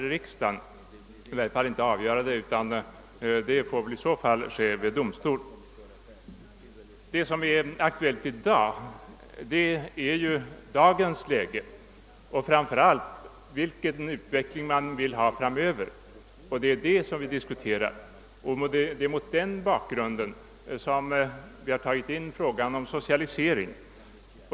I varje fall kan riksdagen inte avgöra denna sak, utan avgörandet måste ske inför domstol. Vad som intresserar oss i dag är dagsläget, framför allt den utveckling vi vill ha framöver. Det är denna vi diskuterar. Det är mot den bakgrunden som vi tagit in frågan om socialisering.